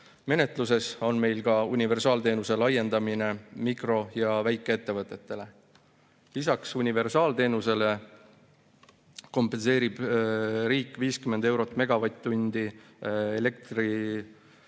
Menetluses on ka universaalteenuse laiendamine mikro- ja väikeettevõtetele. Lisaks universaalteenusele kompenseerib riik 50 eurot megavatt-tundi